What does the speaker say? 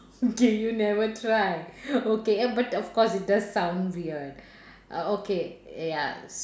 okay you never try okay and but of course it does sound weird uh okay ya